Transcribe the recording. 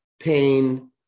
pain